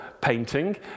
painting